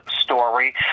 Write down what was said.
story